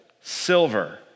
silver